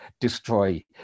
destroy